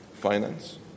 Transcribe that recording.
finance